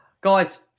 Guys